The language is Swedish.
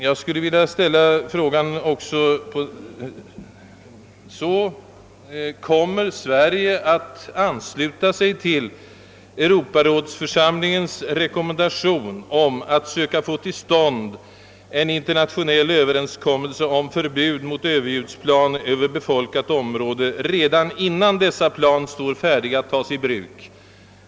Jag skulle också vilja ställa följande fråga: Kommer Sverige att ansluta sig till Europarådsförsamlingens rekommendation till ministerkommittén om att söka få till stånd en internationell överenskommelse om förbud mot överljudsplan över befolkat område redan innan dessa plan står färdiga att tas i bruk?